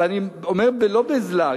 ואני אומר לא בלעג,